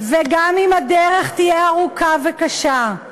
וגם אם הדרך תהיה ארוכה וקשה,